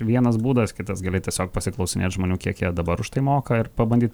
vienas būdas kitas gali tiesiog pasiklausinėt žmonių kiek jie dabar už tai moka ir pabandyt